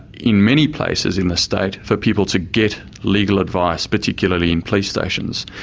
in many places in the state, for people to get legal advice, particularly in police stations.